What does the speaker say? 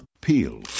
Peel